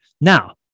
Now